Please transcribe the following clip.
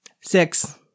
Six